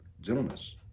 gentleness